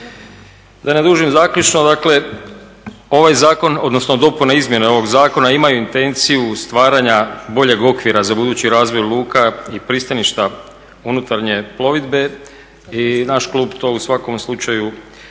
Da ne dužim, zaključno dakle ovaj zakon odnosno dopune i izmjene ovog zakona imaju intenciju stvaranja boljeg okvira za budući razvoj luka i pristaništva unutarnje plovidbe i naš klub to u svakom slučaju